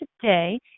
today